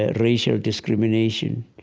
ah racial discrimination.